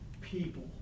people